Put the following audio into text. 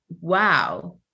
Wow